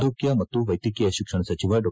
ಆರೋಗ್ಡ ಮತ್ತು ವೈದ್ಯಕೀಯ ಶಿಕ್ಷಣ ಸಚಿವ ಡಾ